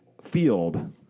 field